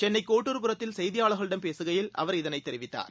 சென்னைகோட்டூர்புரத்தில் செய்தியாளர்களிடம் பேசுகையில் அவர் இதனைதெரிவித்தார்